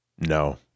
No